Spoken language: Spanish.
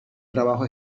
trabajo